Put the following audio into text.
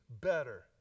better